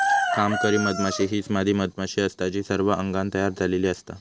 कामकरी मधमाशी हीच मादी मधमाशी असता जी सर्व अंगान तयार झालेली असता